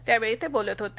त्यावेळी ते बोलत होते